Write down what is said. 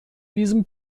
diesem